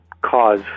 cause